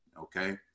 okay